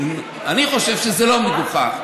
אני חושב שזה לא מגוחך.